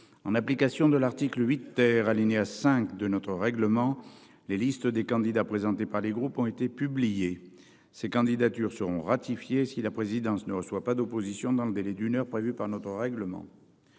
en application de l'article 8. Alinéa 5 de notre règlement. Les listes des candidats présentés par les groupes ont été publiés ces candidatures seront ratifiées si la présidence ne reçoit pas d'opposition dans le délai d'une heure prévue par notre règlement.